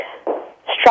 structure